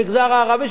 במגזר הערבי,